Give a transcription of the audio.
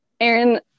Aaron